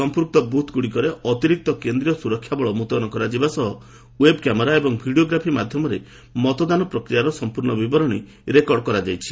ସମ୍ପୃକ୍ତ ବୁଥ୍ଗୁଡ଼ିକରେ ଅତିରିକ୍ତ କେନ୍ଦ୍ରୀୟ ସୁରକ୍ଷା ବଳ ମୁତୟନ କରାଯିବା ସହ ୱେବ୍ କ୍ୟାମେରା ଏବଂ ଭିଡ଼ିଓ ଗ୍ରାଫି ମାଧ୍ୟମରେ ମତଦାନ ପ୍ରକ୍ରିୟାର ସମ୍ପର୍ଣ୍ଣ ବିବରଣୀ ରେକର୍ଡ କରାଯାଇଛି